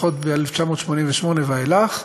לפחות מ-1988 ואילך,